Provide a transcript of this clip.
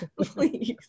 please